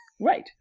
Right